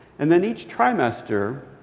and then each trimester,